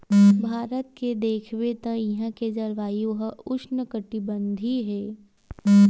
भारत के देखबे त इहां के जलवायु ह उस्नकटिबंधीय हे